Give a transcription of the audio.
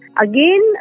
Again